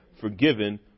forgiven